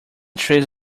trees